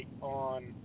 on